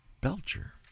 Belcher